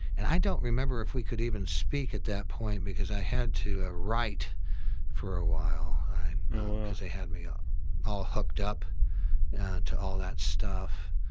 and i don't remember if we could even speak at that point because i had to ah write for awhile cause they had me all hooked up to all that stuff.